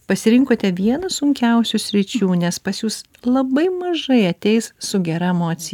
pasirinkote vieną sunkiausių sričių nes pas jus labai mažai ateis su gera emoci